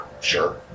sure